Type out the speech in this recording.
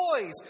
toys